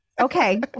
Okay